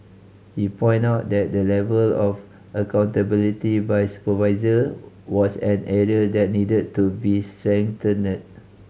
he point out that the level of accountability by supervisor was an area that needed to be strengthened